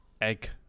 egg